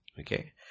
Okay